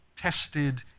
tested